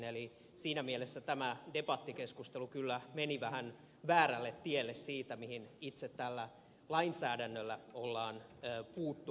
eli siinä mielessä tämä debattikeskustelu kyllä meni vähän väärälle tielle siitä mihin itse tällä lainsäädännöllä ollaan puuttumassa